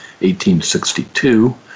1862